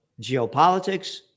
geopolitics